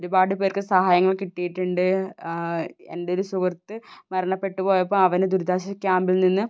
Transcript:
ഒരുപാട് പേർക്ക് സഹായങ്ങൾ കിട്ടിയിട്ടുണ്ട് എന്റെ ഒരു സുഹൃത്ത് മരണപ്പെട്ടു പോയപ്പോൾ അവന് ദുരിതാശ്വാസ ക്യാമ്പിൽ നിന്ന്